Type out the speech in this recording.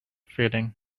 feeling